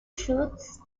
shoots